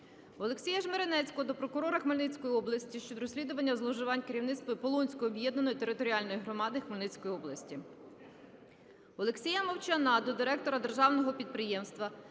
Олексія Жмеренецького до прокурора Хмельницької області щодо розслідування зловживань керівництва Полонської об'єднаної територіальної громади Хмельницької області. Олексія Мовчана до директора державного підприємства